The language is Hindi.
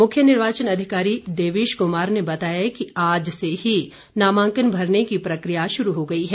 मुख्य निर्वाचन अधिकारी देवेश कुमार ने बताया कि आज से ही नामांकन भरने की प्रकिया शुरू हो गई है